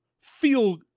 feel